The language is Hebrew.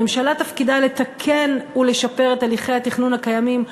הממשלה תפקידה לתקן ולשפר את הליכי התכנון הקיימים,